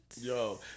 yo